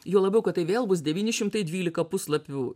juo labiau kad tai vėl bus devyni šimtai dvylika puslapių